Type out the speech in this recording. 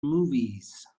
movies